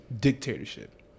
dictatorship